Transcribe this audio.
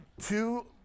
two